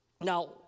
Now